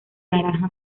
naranja